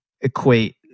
equate